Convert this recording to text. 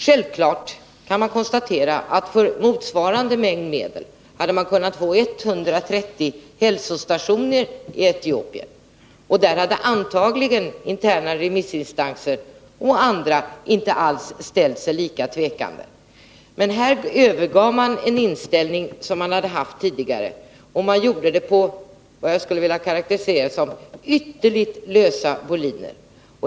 Självfallet kan det konstateras att för motsvarande mängd medel hade man kunnat få 130 hälsostationer i Etiopien, och då hade antagligen interna remissinstanser och andra inte ställt sig lika tvekande. Men här övergav man en inställning som man hade haft tidigare, och man gjorde det på vad jag skulle vilja karakterisera som synnerligen lösa boliner.